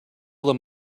them